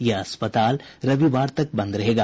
यह अस्पताल रविवार तक बंद रहेगा